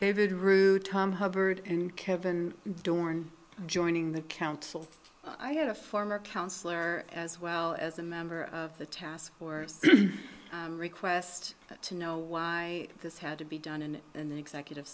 favored route tom hubbard and kevin dorn joining the council i had a former counsellor as well as a member of the task or request to know why this had to be done in an executive